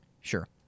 Sure